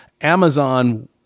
Amazon